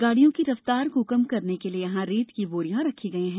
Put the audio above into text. गाड़ियों की रफ्तार को कम करने के लिए यहाँ रेत की बोरियां रखी गयी है